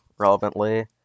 ...relevantly